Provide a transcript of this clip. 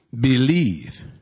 Believe